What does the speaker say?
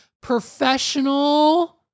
professional